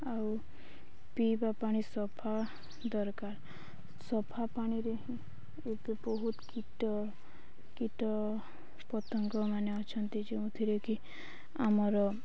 ଆଉ ପିଇବା ପାଣି ସଫା ଦରକାର ସଫା ପାଣିରେ ହିଁ ଏବେ ବହୁତ କୀଟ କୀଟ ପତଙ୍ଗ ମାନେ ଅଛନ୍ତି ଯେଉଁଥିରେ କି ଆମର